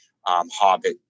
Hobbit